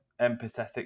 empathetic